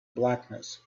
blackness